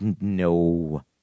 no